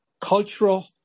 cultural